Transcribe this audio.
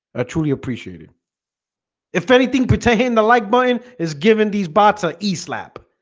ah truly appreciated if anything booting the like button has given these bots on east lab